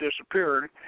disappeared